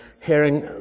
hearing